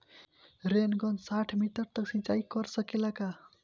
Rain gun साठ metre तक सिचाई कर सकेला का?